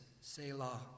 Selah